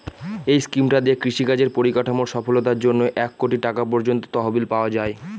এই স্কিমটা দিয়ে কৃষি কাজের পরিকাঠামোর সফলতার জন্যে এক কোটি টাকা পর্যন্ত তহবিল পাওয়া যায়